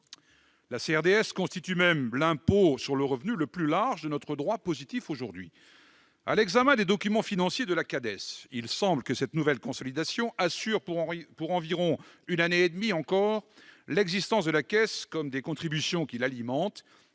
la CRDS constitue aujourd'hui l'impôt sur le revenu le plus large de notre droit positif. À l'examen des documents financiers de la CADES, il semble que cette nouvelle consolidation assure pour environ une année et demie encore l'existence de la caisse comme des contributions qui l'alimentent,